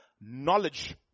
knowledge